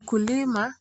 Mkulima